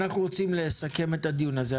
אנחנו רוצים לסכם את הדיון הזה.